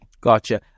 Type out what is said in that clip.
Gotcha